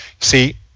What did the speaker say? see